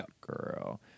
girl